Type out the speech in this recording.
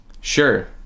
Sure